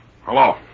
Hello